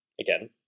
again